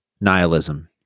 nihilism